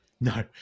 No